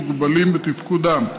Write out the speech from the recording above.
מוגבלים בתפקודם.